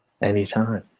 any time.